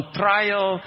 trial